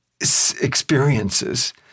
experiences